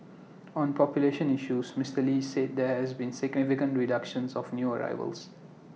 on population issues Mister lee said there has been significant reduction of new arrivals